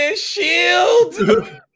shield